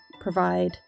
provide